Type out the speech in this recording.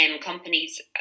Companies